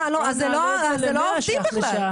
אולי נעלה את זה ל-100 ש"ח לשעה.